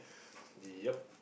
yup